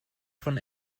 von